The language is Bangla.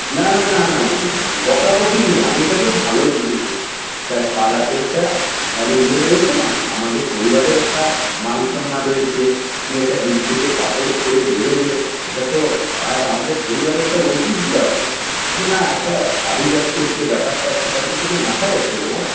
না না না না না না বকাবকি নেই আমি এটা তোর ভালোর জন্য বলছি দেখ পাড়াতে একটা মানে ইয়ে রয়েছে না আমাদের পরিবারের একটা মানসম্মান রয়েছে তুই একটা বিদঘুটে কাপড় পরে বেরোবে এটা তো আর আমাদের পরিবারের একটা ঐতিহ্য আছে যে না একটা আভিজাত্যের যে ব্যাপারটা সেটা তো তোকে মাথায় রাখতে হবে বাবা